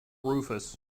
rufous